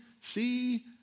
see